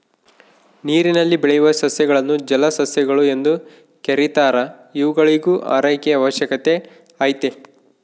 ನೀರಿನಲ್ಲಿ ಬೆಳೆಯುವ ಸಸ್ಯಗಳನ್ನು ಜಲಸಸ್ಯಗಳು ಎಂದು ಕೆರೀತಾರ ಇವುಗಳಿಗೂ ಆರೈಕೆಯ ಅವಶ್ಯಕತೆ ಐತೆ